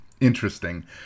interesting